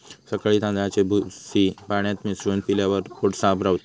सकाळी तांदळाची भूसी पाण्यात मिसळून पिल्यावर पोट साफ रवता